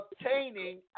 obtaining